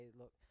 look